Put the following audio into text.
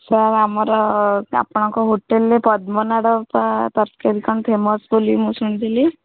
sir ଆମର ଆପଣଙ୍କ ହୋଟେଲ୍ରେ ପଦ୍ମନାଡ଼ ତରକାରୀ କ'ଣ ଫେମସ୍ ବୋଲି ମୁଁ ଶୁଣିଥିଲି